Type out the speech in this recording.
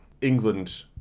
England